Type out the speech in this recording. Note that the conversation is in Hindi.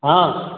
हाँ